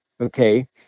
Okay